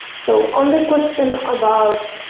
so on the question about